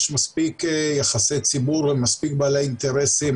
יש מספיק יחסי ציבור ומספיק בעלי אינטרסים,